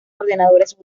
ordenadores